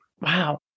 Wow